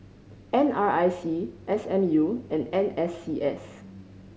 N R I C S M U and N S C S